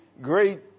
great